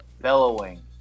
bellowing